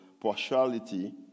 partiality